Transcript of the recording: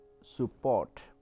support